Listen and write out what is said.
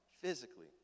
physically